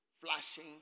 flashing